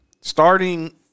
Starting